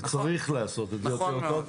וצריך לעשות את זה יותר טוב.